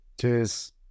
Cheers